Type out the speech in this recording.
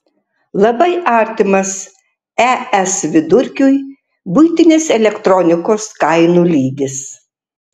labai artimas es vidurkiui buitinės elektronikos kainų lygis